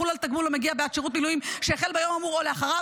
ותחול על תגמול המגיע בעד שירות מילואים שהחל ביום האמור או לאחריו,